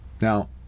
Now